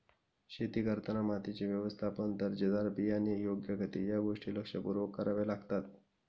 शेती करताना मातीचे व्यवस्थापन, दर्जेदार बियाणे, योग्य खते या गोष्टी लक्षपूर्वक कराव्या लागतात